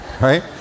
right